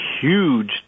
huge